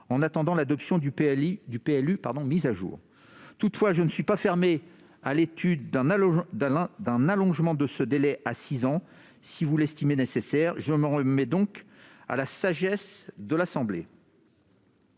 en attendant l'adoption du PLU mis à jour. Toutefois, je ne suis pas fermé à l'étude d'un allongement de ce délai à six ans, si vous l'estimez nécessaire. Je m'en remets donc à la sagesse de notre assemblée.